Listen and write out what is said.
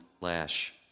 lash